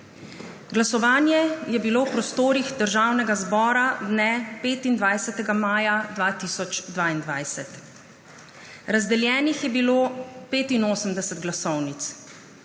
Glasovanje je bilo v prostorih Državnega zbora dne 25. maja 2022. Razdeljenih je bilo 85 glasovnic,